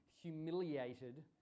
humiliated